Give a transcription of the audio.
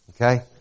Okay